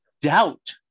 doubt